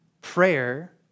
Prayer